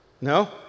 No